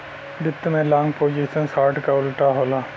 वित्त में long position short क उल्टा होला